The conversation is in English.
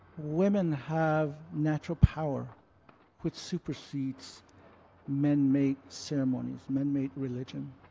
women have natural power which supersedes man-made ceremonies, man-made religion.